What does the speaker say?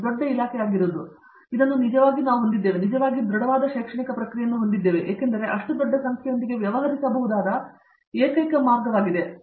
ಒಂದು ದೊಡ್ಡ ಇಲಾಖೆಯಾಗಿರುವುದು ನಾವು ನಿಜವಾಗಿ ಹೊಂದಿದ್ದೇವೆ ಮತ್ತು ನಾವು ನಿಜವಾಗಿಯೂ ದೃಢವಾದ ಶೈಕ್ಷಣಿಕ ಪ್ರಕ್ರಿಯೆಗಳನ್ನು ಹೊಂದಿದ್ದೇವೆ ಏಕೆಂದರೆ ನಾವು ಅಷ್ಟು ದೊಡ್ಡ ಸಂಖ್ಯೆಯೊಂದಿಗೆ ವ್ಯವಹರಿಸಬಹುದಾದ ಏಕೈಕ ಮಾರ್ಗವಾಗಿದೆ